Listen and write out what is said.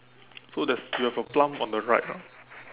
so there's you have a plum on the right ah